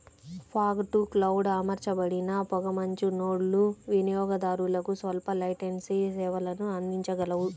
fog to cloud అమర్చబడిన పొగమంచు నోడ్లు వినియోగదారులకు స్వల్ప లేటెన్సీ సేవలను అందించగలవు